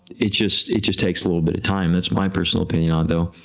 it just it just takes a little bit of time, that's my personal opinion on. so